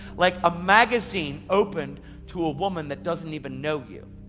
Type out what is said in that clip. like a magazine open to a woman that doesn't even know you.